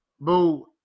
boo